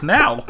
now